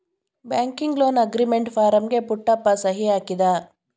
banking loan agreement ಫಾರಂಗೆ ಪುಟ್ಟಪ್ಪ ಸಹಿ ಹಾಕಿದ